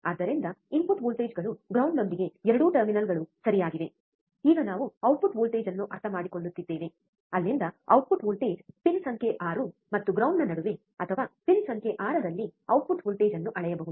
ಆದ್ದರಿಂದ ಇನ್ಪುಟ್ ವೋಲ್ಟೇಜ್ಗಳು ಗ್ರೌಂಡ್ದಿಗೆ ಎರಡೂ ಟರ್ಮಿನಲ್ಗಳು ಸರಿಯಾಗಿವೆ ಈಗ ನಾವು ಔಟ್ಪುಟ್ ವೋಲ್ಟೇಜ್ ಅನ್ನು ಅರ್ಥಮಾಡಿಕೊಳ್ಳುತ್ತಿದ್ದೇವೆ ಅಲ್ಲಿಂದ ಔಟ್ಪುಟ್ ವೋಲ್ಟೇಜ್ ಪಿನ್ ಸಂಖ್ಯೆ 6 ಮತ್ತು ಗ್ರೌಂಡ್ ನ ನಡುವೆ ಅಥವಾ ಪಿನ್ ಸಂಖ್ಯೆ 6 ನಲ್ಲಿ ಔಟ್ಪುಟ್ ವೋಲ್ಟೇಜ್ ಅನ್ನು ಅಳೆಯಬಹುದು